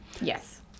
Yes